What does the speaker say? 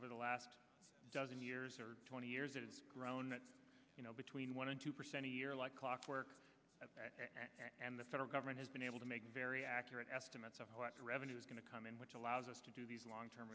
over the last dozen years or twenty years it has grown you know between one and two percent a year like clockwork and the federal government has been able to make very accurate estimates of what the revenue is going to come in which allows us to do these long term